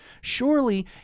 Surely